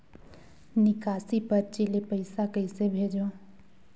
निकासी परची ले पईसा कइसे भेजों?